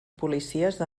policies